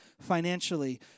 financially